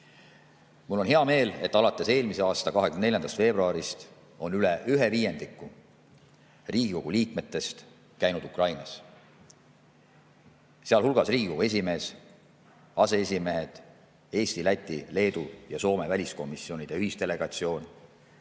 Mul on hea meel, et alates eelmise aastal 24. veebruarist on üle viiendiku Riigikogu liikmetest käinud Ukrainas, sealhulgas Riigikogu esimees, aseesimehed, Eesti, Läti, Leedu ja Soome väliskomisjonide ühisdelegatsioon